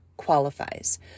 Qualifies